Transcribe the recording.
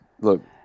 look